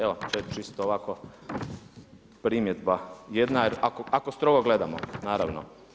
Evo to je čisto ovako primjedba jedna, jer ako strogo gledamo naravno.